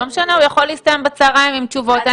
לא משנה, הוא יכול להסתיים בצהריים עם תשובות.